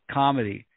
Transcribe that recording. comedy